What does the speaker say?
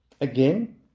again